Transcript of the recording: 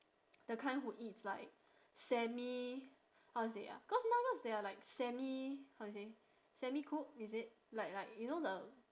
the kind who eats like semi how to say ah cause now those they are like semi how to say semi cook is it like like you know the